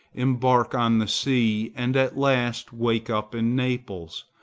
embark on the sea and at last wake up in naples,